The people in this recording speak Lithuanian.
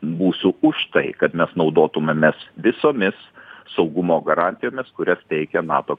būsiu už tai kad mes naudotumėmės visomis saugumo garantijomis kurias teikia nato